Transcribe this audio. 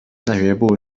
大学部